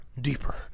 deeper